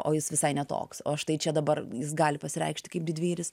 o jis visai ne toks o štai čia dabar jis gali pasireikšti kaip didvyris